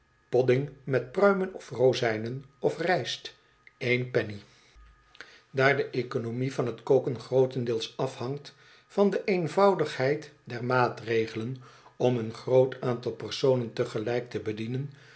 ofrozijnen of rijst eén penny daar de economie van t koken grootendeels afhangt van de eenvoudigheid der maatregelen om een groot aantal personen tegelijk te bedienen